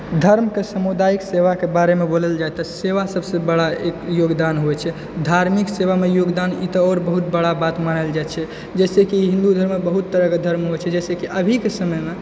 धर्मके सामुदायिक सेवाके बारेमे बोलल जाइ तऽ सेवा सबसँ बड़ा एक योगदान होइ छै धार्मिक सेवामे योगदान ई तऽ आओर बहुत बड़ा बात मानल जाइ छै जैसँ कि हिन्दू धर्ममे बहुत तरहके धर्म होइ छै जैसे कि अभीके समयमे